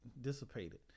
dissipated